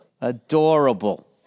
Adorable